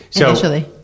initially